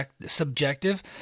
subjective